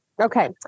Okay